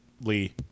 Lee